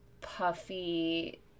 puffy